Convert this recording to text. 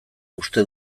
uste